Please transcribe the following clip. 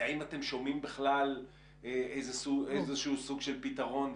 האם אתם שומעים בכלל איזשהו סוג של פתרון,